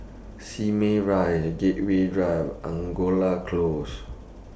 Simei Rise Gateway Drive Angora Close